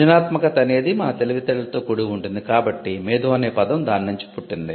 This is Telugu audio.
సృజనాత్మకత అనేది మన తెలివితేటలతో కూడి ఉంటుంది కాబట్టే 'మేధో' అనే పధం దాని నుంచి పుట్టింది